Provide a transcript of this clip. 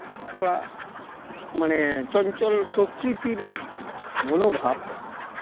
ᱛᱷᱚᱲᱟ ᱢᱟᱱᱮ ᱪᱚᱧᱪᱚᱞ ᱯᱨᱚᱠᱨᱤᱛᱤᱨ ᱢᱚᱱᱳᱵᱷᱟᱵ